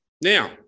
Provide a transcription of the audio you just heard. Now